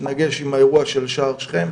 מתנגש עם האירוע של שער שכם,